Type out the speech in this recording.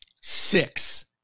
Six